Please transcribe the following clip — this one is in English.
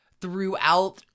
throughout